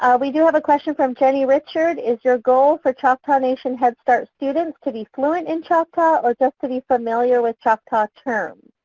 ah we do have a question from jenny richard is your goal for choctaw nation head start students to be fluent in choctaw or just to be familiar with choctaw terms?